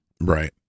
Right